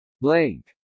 Blank